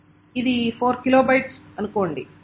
ఇది 4KB అనుకోండి